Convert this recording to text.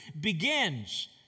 begins